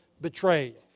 betrayed